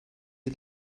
yıl